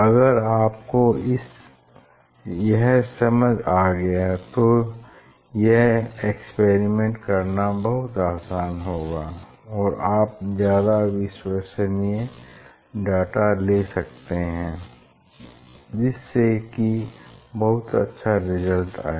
अगर आपको यह समझ आ गया तो यह एक्सपेरिमेंट करना बहुत आसान होगा और आप ज्यादा विस्वसनीय डेटा ले सकते हैं जिससे कि बहुत अच्छा रिजल्ट आए